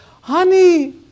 Honey